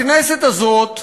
הכנסת הזאת אסרה,